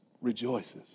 rejoices